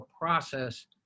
process